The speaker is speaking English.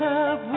up